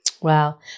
Wow